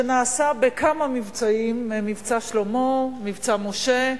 שנעשה בכמה מבצעים: "מבצע משה", "מבצע שלמה",